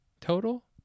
total